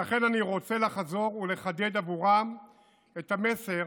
ולכן אני רוצה לחזור ולחדד עבורם את המסר